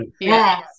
Yes